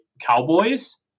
Cowboys